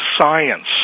science